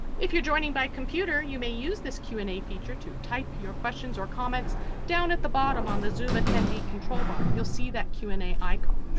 if you're joining by computer, you may use this q and a feature to type your questions or comments down at the bottom on the zoom attendee control bar, you'll see that q and a icon.